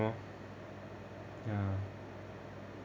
oh ya